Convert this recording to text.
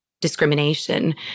discrimination